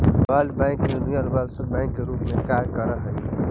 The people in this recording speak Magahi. वर्ल्ड बैंक यूनिवर्सल बैंक के रूप में कार्य करऽ हइ